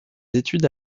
études